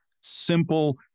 simple